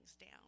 down